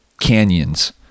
canyons